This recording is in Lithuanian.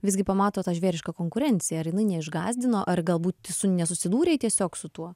visgi pamato tą žvėrišką konkurenciją ar jinai neišgąsdino ar galbūt nesusidūrei tiesiog su tuo